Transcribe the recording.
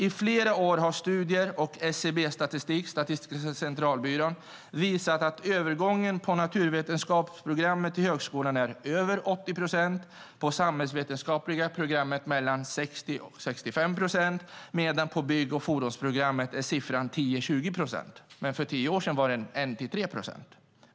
I flera år har studier och statistik från Statistiska centralbyrån visat att övergången från naturvetenskapsprogrammet till högskolan är över 80 procent, på samhällsvetenskapliga programmet är den mellan 60 och 65 procent, medan siffran på bygg och fordonsprogrammen är 10 till 20 procent. För tio år sedan var den 1-3 procent.